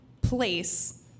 place